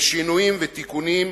ושינויים ותיקונים.